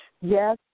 Yes